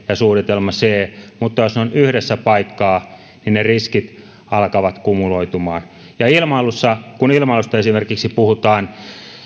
ja suunnitelma c niin jos ne ovat yhdessä paikassa ne riskit alkavat kumuloitumaan kun esimerkiksi puhutaan ilmailusta